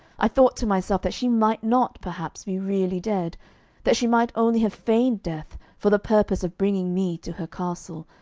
i thought to myself that she might not, perhaps, be really dead that she might only have feigned death for the purpose of bringing me to her castle,